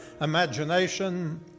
imagination